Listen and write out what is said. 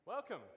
Welcome